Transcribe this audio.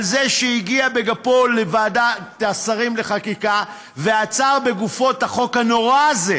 על זה שהגיע בגפו לוועדת השרים לחקיקה ועצר בגופו את החוק הנורא הזה,